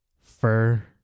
fur